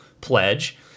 pledge